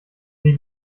sie